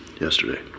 yesterday